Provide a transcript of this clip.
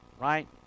Right